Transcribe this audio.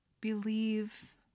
believe